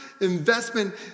investment